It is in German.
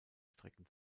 strecken